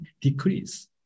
decrease